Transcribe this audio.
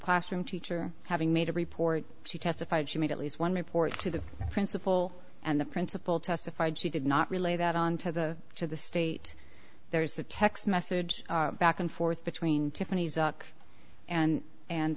classroom teacher having made a report she testified she made at least one report to the principal and the principal testified she did not relay that on to the to the state there's a text message back and forth between